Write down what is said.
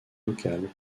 locales